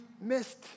missed